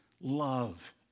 love